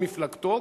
או מפלגתו,